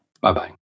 Bye-bye